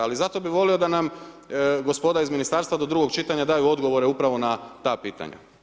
Ali zato bi volio da nam gospoda iz ministarstva do drugog čitanja daju odgovore upravo na ta pitanja.